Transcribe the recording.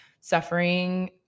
suffering